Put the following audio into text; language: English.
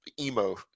emo